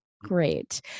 Great